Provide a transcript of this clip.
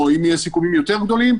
או אם יהיו סיכומים יותר גדולים,